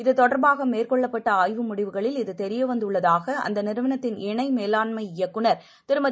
இது தொடர்பாகமேற்கொள்ளப்பட்டஆய்வு முடிவுகளில் இது தெரியவந்துள்ளதாகஅந்தநிறுவனத்தின் இணைமேலாண்மை இயக்குநர் திருமதி